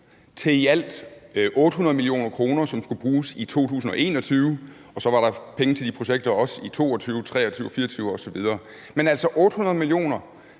til i alt 800 mio. kr., som skulle bruges i 2021. For så var der også penge til de projekter i 2022, 2023 og 2024 osv. Men altså, 800 mio. kr.